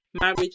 marriage